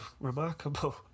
remarkable